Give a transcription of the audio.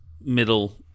middle